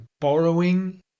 borrowing